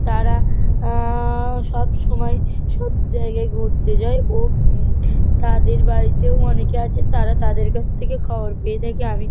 তারা সবসময় সব জায়গায় ঘুরতে যায় ও তাদের বাড়িতেও অনেকে আছে তারা তাদের কাছ থেকে খবর পেয়ে থাকে আমি